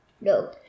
no